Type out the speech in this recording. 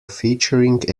featuring